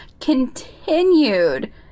continued